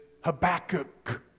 Habakkuk